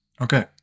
Okay